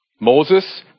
Moses